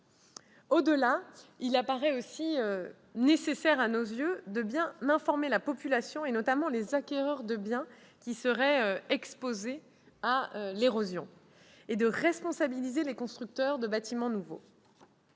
Au-delà, il apparaît également nécessaire, à nos yeux, de bien informer la population, notamment les acquéreurs de biens exposés à l'érosion, et de responsabiliser les constructeurs de bâtiments nouveaux.